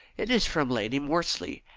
it is from lady morsley,